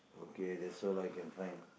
okay that's all I can find